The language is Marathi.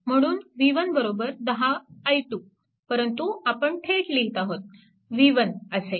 म्हणून v1 10i2 परंतु आपण थेट लिहीत आहोत v1 असे